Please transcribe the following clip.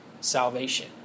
salvation